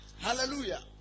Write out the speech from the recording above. Hallelujah